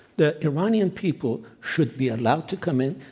the iranian people should be allowed to come in.